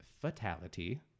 fatality